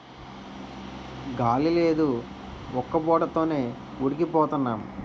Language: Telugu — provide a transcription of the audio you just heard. గాలి లేదు ఉక్కబోత తోనే ఉడికి పోతన్నాం